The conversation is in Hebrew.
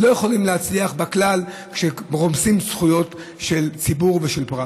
לא יכולים להצליח בכלל כשרומסים זכויות של ציבור ושל פרט.